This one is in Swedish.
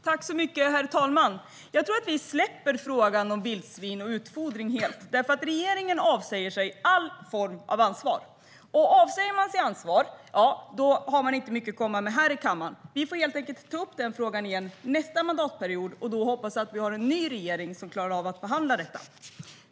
Herr talman! Jag tror att vi släpper frågan om vildsvin och utfodring helt, för regeringen avsäger sig allt ansvar. Avsäger man sig ansvar har man inte mycket att komma med här i kammaren. Vi får helt enkelt ta upp den frågan igen nästa mandatperiod och hoppas att vi då har en ny regering, som klarar av att behandla detta.